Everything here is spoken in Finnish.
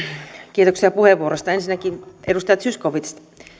kiitoksia puheenvuorosta ensinnäkin edustaja zyskowicz